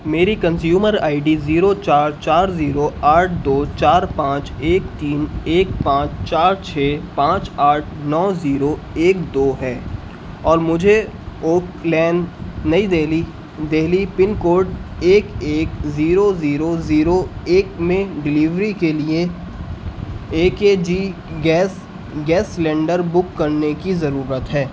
میری consumer ID ڈی زیرو چار چار زیرو آٹھ دو چار پانچ ایک تین ایک پانچ چار چھ پانچ آٹھ نو زیرو ایک دو ہے اور مجھے اوکلین نئی دہلی دہلی پن کوڈ ایک ایک زیرو زیرو زیرو ایک میں ڈلیوری کے لیے اے کے جی گیس گیس سلنڈر بک کرنے کی ضرورت ہے